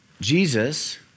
Jesus